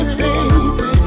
baby